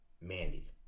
Mandy